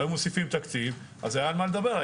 היו מוסיפים תקציב אז היה על מה לדבר,